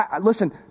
Listen